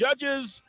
judges